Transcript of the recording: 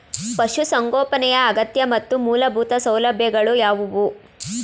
ಪಶುಸಂಗೋಪನೆಯ ಅಗತ್ಯ ಮತ್ತು ಮೂಲಭೂತ ಸೌಲಭ್ಯಗಳು ಯಾವುವು?